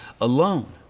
alone